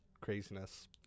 craziness